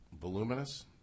voluminous